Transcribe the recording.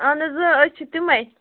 اَہَن حظ آ أسۍ چھِ تِمے